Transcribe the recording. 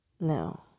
No